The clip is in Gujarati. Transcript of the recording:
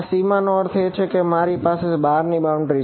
ના સીમાનો મારો અર્થ છે કે સૌથી બહારની બાઉન્ડ્રી